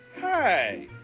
Hi